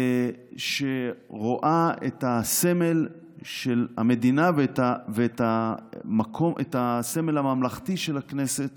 שרואה את הסמל של המדינה ואת הסמל הממלכתי של הכנסת